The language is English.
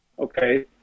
Okay